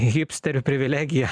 hipsterių privilegija